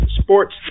sports